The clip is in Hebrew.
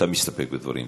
אתה מסתפק בדברים.